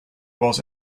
was